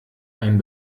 ein